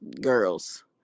girls